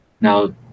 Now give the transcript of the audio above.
Now